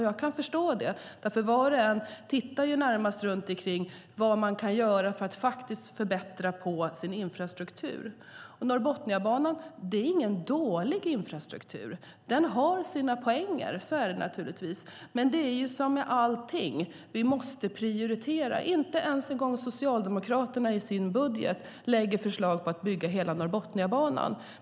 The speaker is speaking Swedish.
Jag kan förstå det därför att var och en tittar runt omkring för att se vad man kan göra för att faktiskt förbättra sin infrastruktur. Norrbotniabanan är ingen dålig infrastruktur. Den har sina poänger. Så är det naturligtvis. Men det är som med allting, nämligen att vi måste prioritera. Inte ens Socialdemokraterna har förslag i sin budget om att bygga hela Norrbotniabanan.